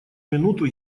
минуту